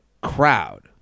crowd